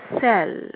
cell